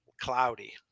cloudy